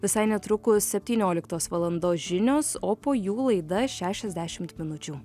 visai netrukus septynioliktos valandos žinios o po jų laida šešiasdešimt minučių